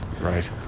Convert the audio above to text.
Right